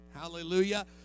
Hallelujah